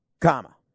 comma